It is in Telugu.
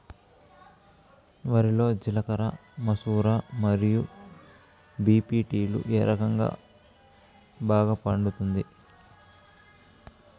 వరి లో జిలకర మసూర మరియు బీ.పీ.టీ లు ఏ రకం బాగా పండుతుంది